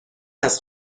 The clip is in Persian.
است